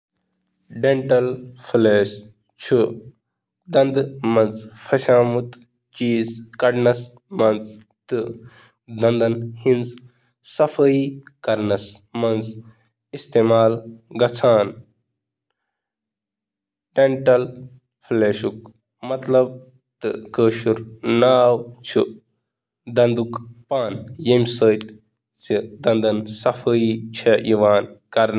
Dental floss چُھ دنٛدن منٛز گنٛدٕ ٹُکرٕ نیرنہٕ خٲطرٕ استعمال کرنہٕ یوان تہٕ چُھ صاف دنٛدن خٲطرٕ استعمال کرنہٕ یوان۔ کشمیٖری زبانہِ منٛز دنٛدن ہِنٛدِ فلاسُک مطلب چُھ دنٛدن ہُنٛد پین۔